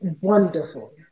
wonderful